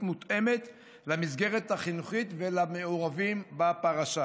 מותאמת למסגרת החינוכית ולמעורבים בפרשה.